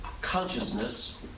consciousness